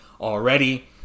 already